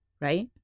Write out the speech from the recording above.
right